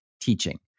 teaching